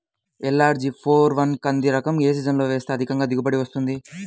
LRG four one కంది రకం ఏ సీజన్లో వేస్తె అధిక దిగుబడి వస్తుంది?